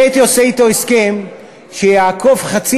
אני הייתי עושה אתו הסכם שיאכוף חצי